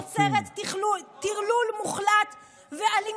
ממשלה שבנויה מקיצוניות מוחלטת שיוצרת טרלול מוחלט ואלימות,